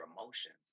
emotions